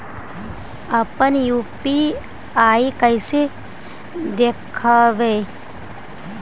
अपन यु.पी.आई कैसे देखबै?